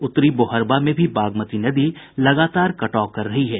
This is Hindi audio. उत्तरी बोहरवा में भी बागमती नदी लगातार कटाव कर रही है